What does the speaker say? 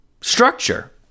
structure